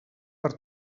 per